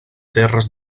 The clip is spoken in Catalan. terres